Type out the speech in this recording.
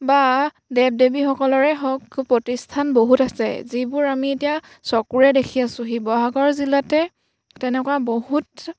বা দেৱ দেৱীসকলৰে হওক প্ৰতিষ্ঠান বহুত আছে যিবোৰ আমি এতিয়া চকুৰে দেখি আছোঁ শিৱসাগৰ জিলাতে তেনেকুৱা বহুত